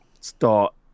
start